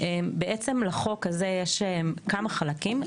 יש כמה חלקים,